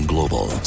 Global